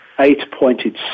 eight-pointed